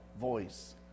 voice